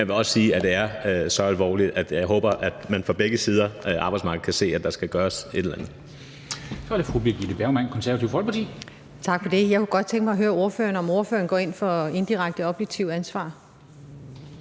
jeg vil også sige, at det er så alvorligt, at jeg håber, at man fra begge sider af arbejdsmarkedet kan se, at der skal gøres et eller andet.